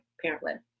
parent-led